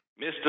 Mr